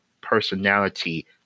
personality